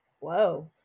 whoa